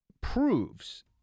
proves